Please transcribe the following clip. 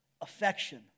affection